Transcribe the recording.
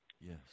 Yes